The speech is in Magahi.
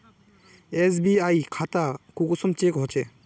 एस.बी.आई खाता कुंसम चेक होचे?